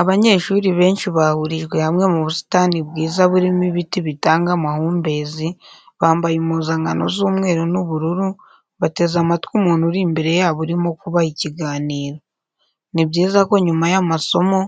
Abanyeshuri benshi bahurijwe hamwe mu busitani bwiza burimo ibiti bitanga amahumbezi bambaye impuzankano z'umweru n'ubururu bateze amatwi umuntu uri imbere yabo urimo kubaha ikiganiro. Ni byiza ko nyuma y'amasomo